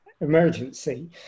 emergency